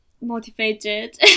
motivated